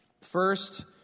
first